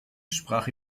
sprach